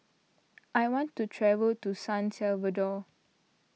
I want to travel to San Salvador